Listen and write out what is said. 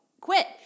quit